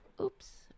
Oops